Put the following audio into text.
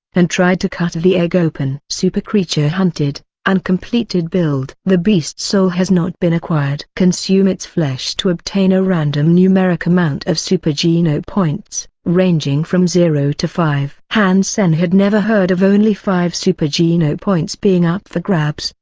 and tried to cut the egg open. super creature hunted uncompleted build. the beast soul has not been acquired. consume its flesh to obtain a random numeric amount of super geno points, ranging from zero to five. han sen had never heard of only five super geno points being up for grabs,